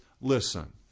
listen